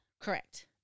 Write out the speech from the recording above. Correct